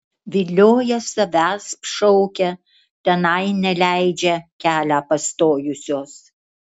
vilioja savęsp šaukia tenai neleidžia kelią pastojusios